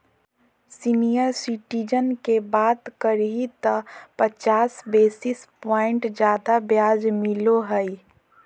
senior citizen के बात करही त पचास बेसिस प्वाइंट ज्यादा ब्याज मिलो हइ